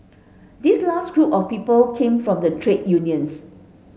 this last group of people came from the trade unions